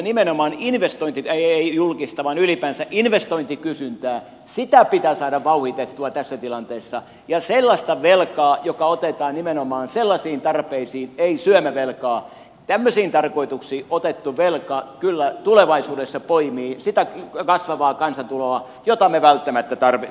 nimenomaan investointikysyntää pitää saada vauhditettua tässä tilanteessa ja sellainen velka joka otetaan nimenomaan sellaisiin tarpeisiin ei syömävelka kyllä tulevaisuudessa poimii sitä kasvavaa kansantuloa jota me välttämättä tarvitsemmekin